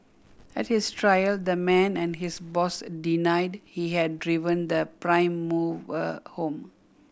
at his trial the man and his boss denied he had driven the prime mover home